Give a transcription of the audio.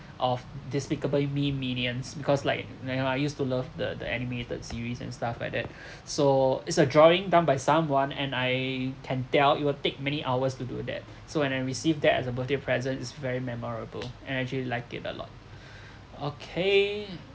of despicable me minions because like like you know I used to love the the animated series and stuff like that so it's a drawing done by someone and I can tell it will take many hours to do that so when I received that as a birthday present it's very memorable and I actually like it a lot okay